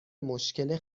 مشکل